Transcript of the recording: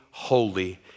Holy